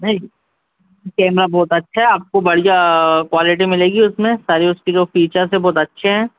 नहीं बहुत अच्छा है आप को बढ़िया कुआलीटी मिलेगी उस में सारी उसकी जो फीचर्स हैं बहुत अच्छे हैं